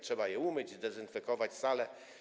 Trzeba je umyć, zdezynfekować salę.